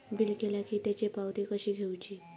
Bill केला की त्याची पावती कशी घेऊची?